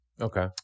Okay